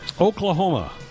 Oklahoma